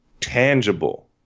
tangible